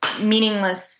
meaningless